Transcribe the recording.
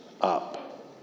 up